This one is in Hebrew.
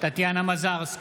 טטיאנה מזרסקי,